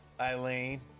Eileen